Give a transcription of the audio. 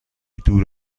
دور